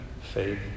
faith